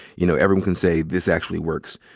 you know, everyone can say, this actually works,